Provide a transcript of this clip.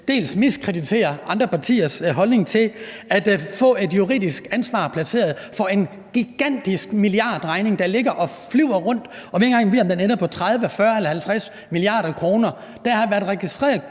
gange miskrediterer andre partiers holdning til at få et juridisk ansvar placeret for en gigantisk milliardregning, der ligger og flyver rundt, og som vi engang ved om ender på 30, 40 eller 50 mia. kr. Der har været registreret